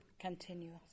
Continuous